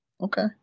Okay